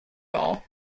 ball